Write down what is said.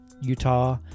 Utah